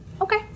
Okay